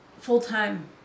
full-time